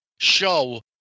show